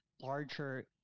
larger